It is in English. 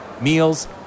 meals